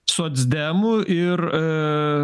socdemų ir